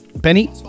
Penny